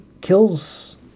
Kills